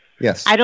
Yes